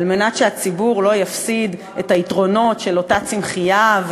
על מנת שהציבור לא יפסיד את היתרונות של אותה צמחייה,